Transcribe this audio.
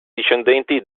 discendenti